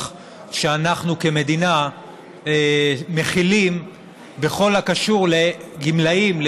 שאנחנו כמדינה מחילים בכל הקשור לגמלאים,